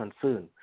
concern